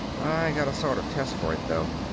i got a sort of test for it, though.